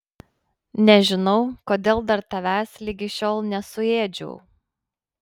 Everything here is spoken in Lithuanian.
nežinau kodėl dar tavęs ligi šiol nesuėdžiau